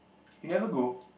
you never go